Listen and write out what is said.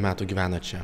metų gyvenat čia